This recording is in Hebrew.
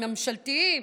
ממשלתיים,